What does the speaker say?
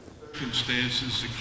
Circumstances